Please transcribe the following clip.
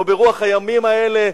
או ברוח הימים האלה,